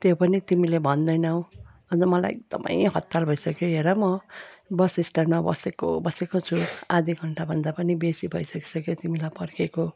त्यो पनि तिमीले भन्दैनौ अन्त मलाई एकदमै हतार भइसक्यो हेर म बस स्टयान्डमा बसेको बसेको छु आदि घन्टाभन्दा पनि बेसी भइसकिसक्यो तिमीलाई पर्खेको